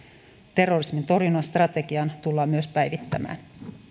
terrorismin torjunnan strategiaa tullaan myös päivittämään